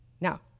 now